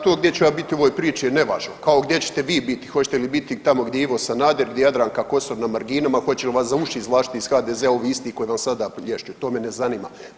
To gdje ću ja biti u ovoj priči je nevažno, kao gdje ćete vi biti, hoćete li biti tamo gdje je Ivo Sanader, gdje Jadranka Kosor na marginama, hoće li vas za uši izvlačit iz HDZ-a ovi isti koji vam sad plješću to me ne zanima.